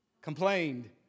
Complained